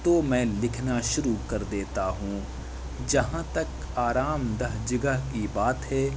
تو میں لکھنا شروع کر دیتا ہوں جہاں تک آرام دہ جگہ کی بات ہے